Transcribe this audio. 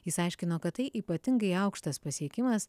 jis aiškino kad tai ypatingai aukštas pasiekimas